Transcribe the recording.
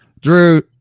drew